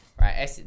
Right